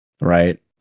right